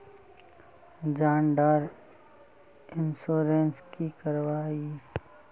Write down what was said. जान डार इंश्योरेंस की करवा ई?